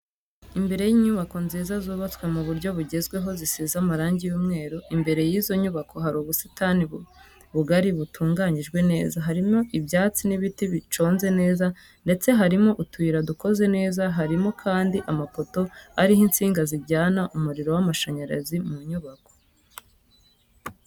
Imbere y'inyubako nziza zubatswe mu buryo bugezweho zisize amarangi y'umweru imbere y'izo nyubako hari ubusitani bugari butunganyijwe neza, harimo ibyatsi n'ibiti biconze neza ndetse harimo utuyira dukoze neza, harimokandi amapoto ariho insinga zijyana umuriro w'amashanyarazi mu nyubako.